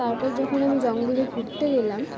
তারপর যখন আমি জঙ্গলে ঘুরতে গেলাম